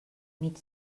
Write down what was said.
mig